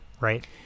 right